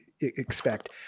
expect